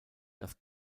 das